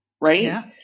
right